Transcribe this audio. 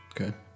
Okay